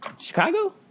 Chicago